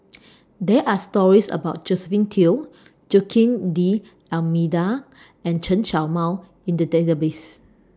There Are stories about Josephine Teo Joaquim D'almeida and Chen Show Mao in The Database